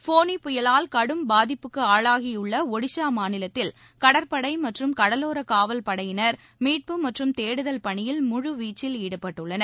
ஃபோனி புயலால் கடும் பாதிப்புக்கு ஆளாகியுள்ள ஒடிஷா மாநிலத்தில் கடற்படை மற்றும் கடலோரக் காவல் படையினர் மீட்பு மற்றும் தேடுதல் பணியில் முழு வீச்சில் ஈடுபட்டுள்ளனர்